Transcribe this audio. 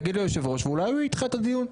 תגיד ליושב ראש ואולי הוא ידחה את הדיון.